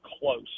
close